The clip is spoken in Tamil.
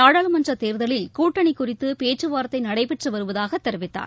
நாடாளுமன்றத் தேர்தலில் கூட்டணி குறித்து பேச்சு வார்த்தை நடைபெற்று வருவதாக தெரிவித்தார்